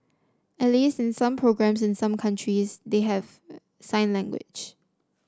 at least in some programmes in some countries they have sign language